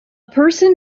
person